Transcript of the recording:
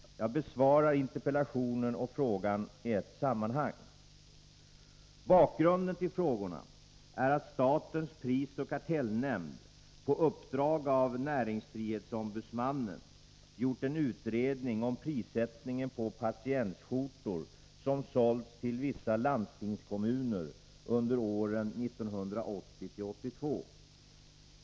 Jag besvarar interpellationen och frågan i ett sammanhang. Bakgrunden till frågorna är att statens prisoch kartellnämnd på uppdrag av näringsfrihetsombudsmannen gjort en utredning om prissättningen på patientskjortor som sålts till vissa landstingskommuner under åren 1980-1982.